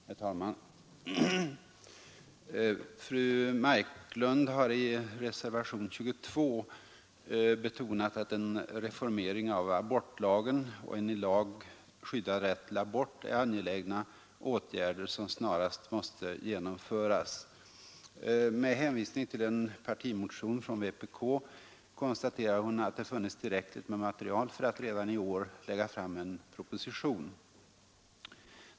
Herr talman! Fru Marklund har i reservationen 22 betonat att en reformering av abortlagen och en i lag skyddad rätt till abort är angelägna åtgärder som snarast måste genomföras. Med hänvisning till en partimotion från vpk konstaterar hon att det funnits tillräckligt med material för att redan i år lägga fram en proposition.